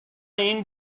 این